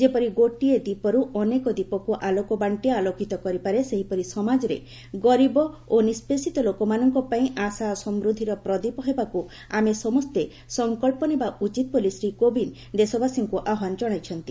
ଯେପରି ଗୋଟିଏ ଦୀପରୁ ଅନେକ ଦୀପକୁ ଆଲୋକ ବାଣ୍ଟି ଆଲୋକିତ କରିପାରେ ସେହିପରି ସମାଜରେ ଗରୀବ ଓ ନିଷ୍ପେସିତଲୋକମାନଙ୍କ ପାଇଁ ଆଶା ଓ ସମୃଦ୍ଧିର ପ୍ରଦୀପ ହେବାକୁ ଆମେ ସମସ୍ତେ ସଂକଳ୍ପ ନେବା ଉଚିତ୍ ବୋଲି ଶ୍ରୀ କୋବିନ୍ଦ ଦେଶବାସୀଙ୍କୁ ଆହ୍ୱାନ ଜଣାଇଛନ୍ତି